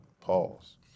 Pause